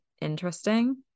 interesting